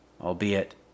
albeit